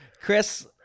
Chris